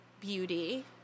beauty